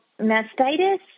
mastitis